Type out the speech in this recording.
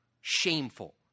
shameful